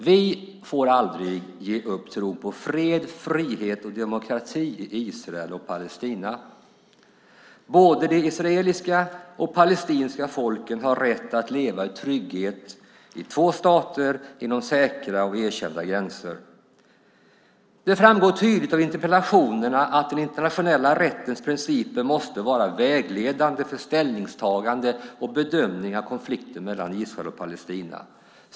Vi får aldrig ge upp tron på fred, frihet och demokrati i Israel och Palestina. Både de israeliska och de palestinska folken har rätt att leva i trygghet i två stater inom säkra och erkända gränser. Det framgår tydligt av interpellationerna att den internationella rättens principer måste vara vägledande för ställningstaganden och bedömningar av konflikten mellan Israel och Palestina.